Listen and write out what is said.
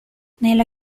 nella